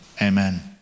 amen